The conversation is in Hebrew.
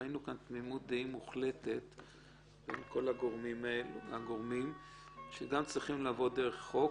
ראינו תמימות דעים בין כל הגורמים שזה צריך לבוא גם בחוק